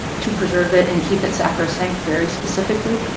to preserve it and keep it sacrosanct very specifically.